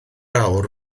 awr